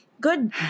good